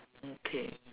okay